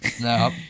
No